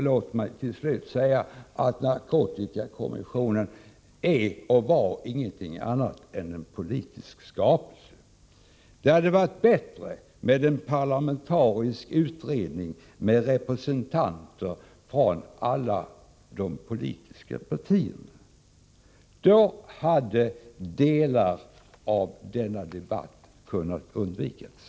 Låt mig till slut säga att narkotikakommissionen är och var ingenting annat än en politisk skapelse. Det hade varit bättre med en parlamentarisk utredning, med representanter från alla politiska partier. Då hade delar av denna debatt kunnat undvikas.